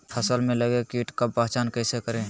फ़सल में लगे किट का पहचान कैसे करे?